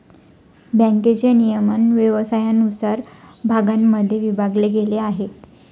बँकेचे नियमन व्यवसायानुसार भागांमध्ये विभागले गेले आहे